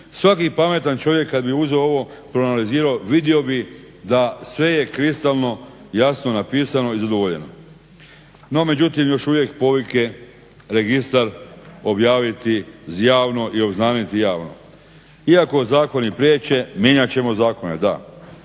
Svaki pametan čovjek kad bi uzeo ovo proanalizirao vidio bi da sve je kristalno jasno napisano i zadovoljeno. No međutim, još povike registar objaviti javno i obznaniti javno. Iako zakoni priječe, mijenjat ćemo zakone, da.